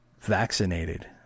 vaccinated